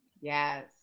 yes